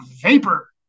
vapor